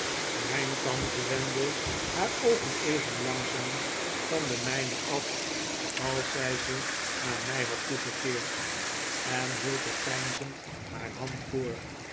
mijn tante wendde haar oogen even langzaam van de mij he af als zij ze naar mij had toegekeerd en hield er peinzend haar hand voor